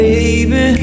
Baby